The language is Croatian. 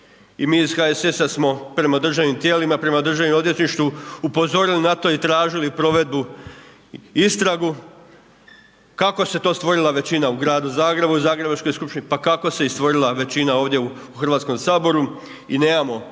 I mi iz HSS-a smo prema državnim tijelima, prema državnom odvjetništvu upozorili na to i tražili provedbu, istragu kako se to stvorila većina u gradu Zagrebu, u Zagrebačkoj skupštini, pa kako se stvorila i većina ovdje u Hrvatskom saboru i nemamo